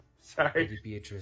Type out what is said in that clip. Sorry